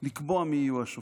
לקבוע מי יהיו השופטים.